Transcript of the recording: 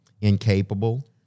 incapable